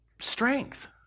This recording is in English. strength